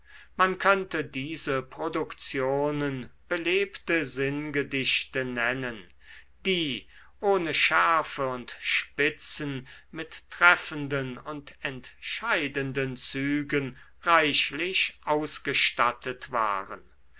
man könnte diese produktionen belebte sinngedichte nennen die ohne schärfe und spitzen mit treffenden und entscheidenden zügen reichlich ausgestattet waren